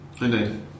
Indeed